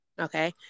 okay